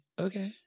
Okay